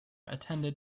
attended